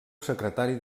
secretari